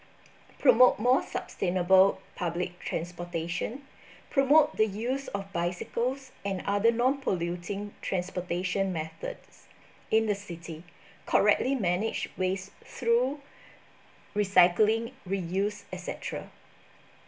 promote more sustainable public transportation promote the use of bicycles and other nonpolluting transportation methods in the city correctly manage waste through recycling reuse etcetera